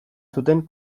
zuten